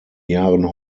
jahren